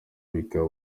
bikaba